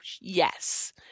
Yes